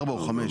ארבע או חמש.